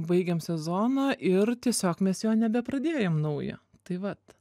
baigėm sezoną ir tiesiog mes jo nebepradėjom naujo tai vat